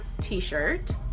t-shirt